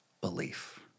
belief